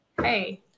Hey